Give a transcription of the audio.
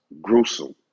gruesome